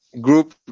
group